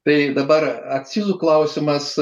tai dabar akcizų klausimas